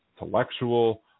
intellectual